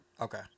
Okay